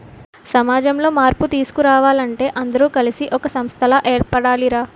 సమాజంలో మార్పు తీసుకురావాలంటే అందరూ కలిసి ఒక సంస్థలా ఏర్పడాలి రా